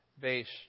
based